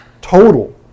total